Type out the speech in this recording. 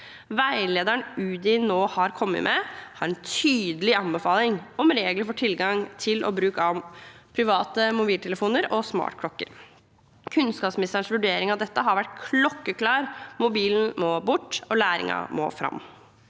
Veilederen Udir nå har kommet med, har en tydelig anbefaling om regler for tilgang til og bruk av private mobiltelefoner og smartklokker. Kunnskapsministerens vurdering av dette har vært klokkeklar: Mobilen må bort, og læringen må fram.